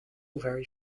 very